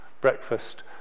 breakfast